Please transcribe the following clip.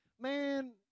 Man